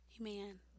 Amen